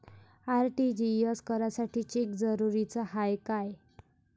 RTGS करासाठी cheque जरुरीचा हाय काय?